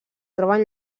troben